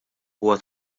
huwa